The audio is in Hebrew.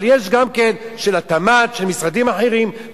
אבל יש גם של התמ"ת ושל משרדים אחרים,